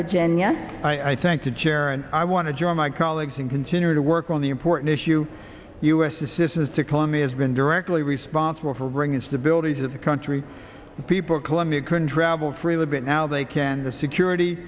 virginia i thank the chair and i want to join my colleagues and continue to work on the important issue u s assistance to colombia has been directly responsible for bringing stability to the country people colombia couldn't travel freely but now they can the security